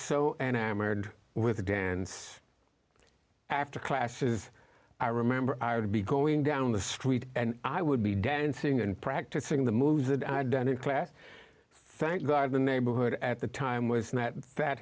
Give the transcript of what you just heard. so an armored with a dance after classes i remember i had to be going down the street and i would be dancing and practicing the moves that i'd done in class thank god the neighborhood at the time w